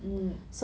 mm